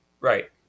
Right